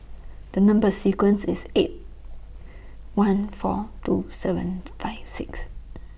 The Number sequence IS eight one four two seven five six